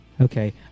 Okay